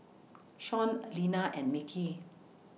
Sean Lina and Mickey